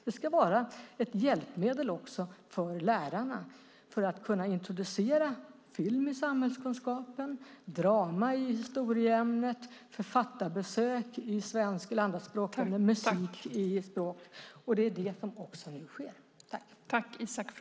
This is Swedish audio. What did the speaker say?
Det ska vara ett hjälpmedel för lärarna att introducera film i samhällskunskapen, drama i historieämnet, författarbesök i svenska och andra språkämnen och musik i språk, och det är det som också nu sker.